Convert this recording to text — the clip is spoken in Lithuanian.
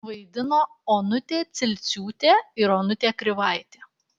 vaidino onutė cilciūtė ir onutė krivaitė